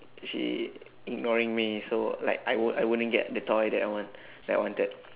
she ignoring me so like I woul~ I wouldn't get the toy that I want~ that I wanted